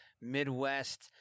Midwest